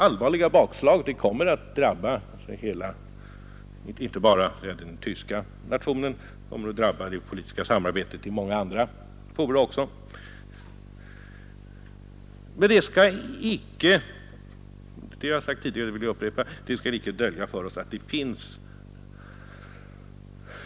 Bakslaget skulle komma att drabba inte bara den tyska nationen utan också det politiska samarbetet i många andra fora.